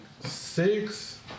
six